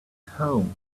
home